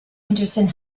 henderson